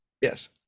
Yes